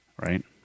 right